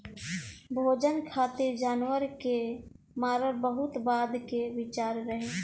भोजन खातिर जानवर के मारल बहुत बाद के विचार रहे